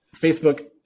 Facebook